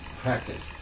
Practice